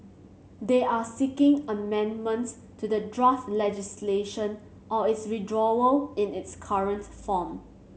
they are seeking amendments to the draft legislation or its withdrawal in its current form